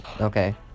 Okay